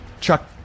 Chuck